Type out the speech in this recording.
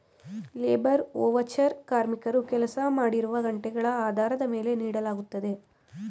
labour voucher ಕಾರ್ಮಿಕರು ಕೆಲಸ ಮಾಡಿರುವ ಗಂಟೆಗಳ ಆಧಾರದ ಮೇಲೆ ನೀಡಲಾಗುತ್ತದೆ